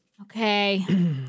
Okay